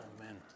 amen